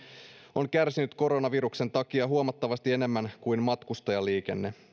on kärsinyt koronaviruksen takia huomattavasti enemmän kuin matkustajaliikenne